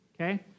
okay